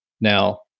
Now